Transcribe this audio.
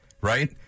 right